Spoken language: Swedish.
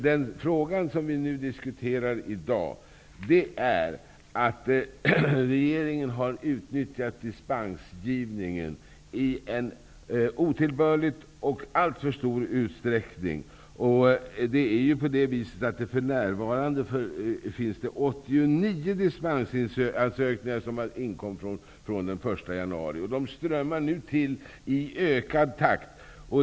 Den fråga vi diskuterar är att regeringen har utnyttjat dispensgivningen i en otillbörlig och alltför stor utsträckning. Sedan den 1 januari har det kommit in 89 ansökningar om dispens. De strömmar till i ökad takt.